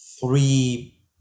three